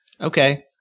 Okay